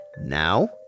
Now